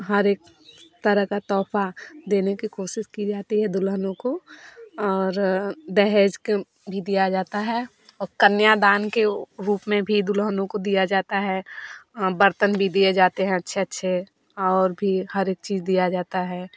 हर एक तरह का तोफाह देने की कोशिश की जाती है दुल्हनों को और दहेज के भी दिया जाता है औ कन्या दान के रूप में भी दुल्हनों को दिया जाता है बर्तन भी दिए जाता हैं अच्छे अच्छे और भी हर एक चीज दिया जाता है